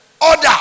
order